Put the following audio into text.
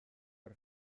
per